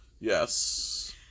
Yes